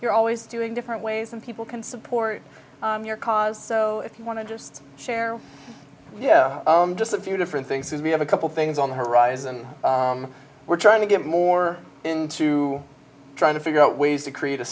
you're always doing different ways and people can support your cause so if you want to just share yeah just a few different things we have a couple things on the horizon we're trying to get more into trying to figure out ways to create a